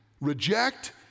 reject